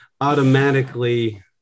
automatically